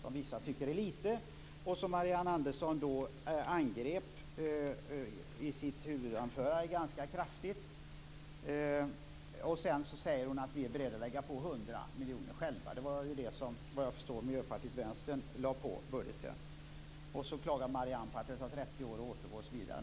Detta tycker vissa är lite, och Marianne Andersson angrep det ganska kraftigt i sitt huvudanförande och sade att Centern är beredda att lägga på 100 miljoner kronor själva. Det var ju det som, vad jag förstår, Miljöpartiet och Vänsterpartiet lade på budgeten. Marianne Andersson klagade också på att det tar 30 år att återgå osv.